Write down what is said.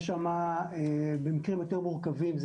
במקרים יותר מורכבים,